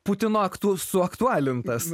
putino aktu suaktualintas